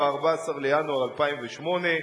ב-14 בינואר 2008,